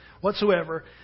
whatsoever